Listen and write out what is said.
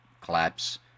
collapse